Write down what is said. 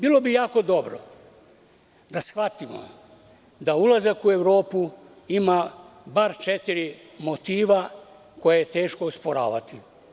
Bilo bi jako dobro da shvatimo da ulazak u Evropu ima barem četiri motiva, koje je teško osporiti.